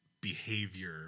behavior